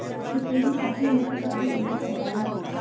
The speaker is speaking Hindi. रिफ्लेशन आर्थिक नीति का भी उल्लेख करता है